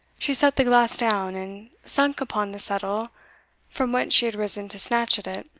she set the glass down, and sunk upon the settle from whence she had risen to snatch at it.